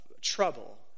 trouble